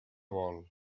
vol